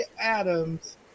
Adams